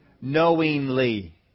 Knowingly